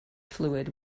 fluid